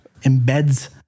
embeds